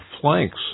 flanks